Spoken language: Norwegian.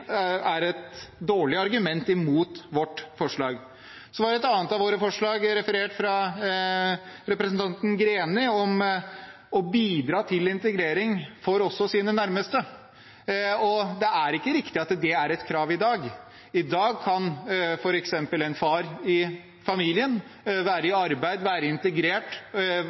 er et dårlig argument imot vårt forslag. Et annet av våre forslag, om å bidra til integrering for også sine nærmeste, er referert til av representanten Greni. Det er ikke riktig at det er et krav i dag. I dag kan f.eks. en far i familien være i arbeid, være integrert,